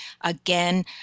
again